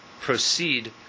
proceed